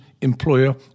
employer